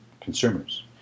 consumers